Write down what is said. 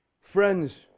Friends